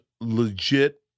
legit